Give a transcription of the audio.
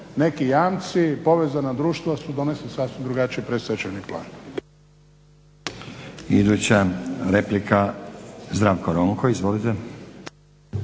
neki jamci, povezana društva su donijeli sasvim drugačiji predstečajni plan.